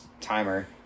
timer